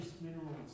minerals